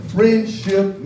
Friendship